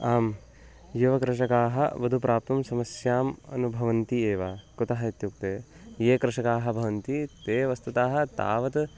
आं युवकृषकाः वधुं प्राप्तुं समस्याम् अनुभवन्ति एव कुतः इत्युक्ते ये कृषकाः भवन्ति ते वस्तुतः तावत्